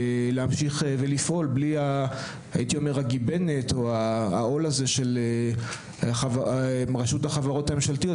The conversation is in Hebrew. להמשיך ולפעול בלי הגיבנת או העול הזה של רשות החברות הממשלתיות,